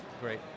Great